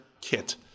kit